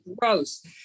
gross